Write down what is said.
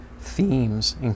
themes